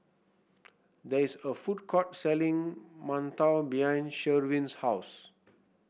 there is a food court selling mantou behind Sherwin's house